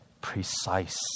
precise